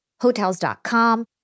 Hotels.com